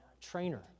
trainer